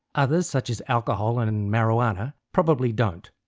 others such as alcohol and and and marijuana probably don't,